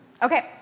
Okay